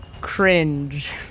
cringe